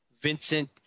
vincent